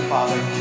Father